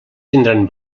tindran